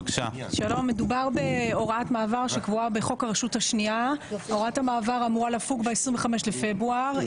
מדובר בהוראת מעבר שקבועה בחוק הרשות השנייה ואמורה לפוג ב-25 לפברואר.